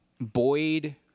Boyd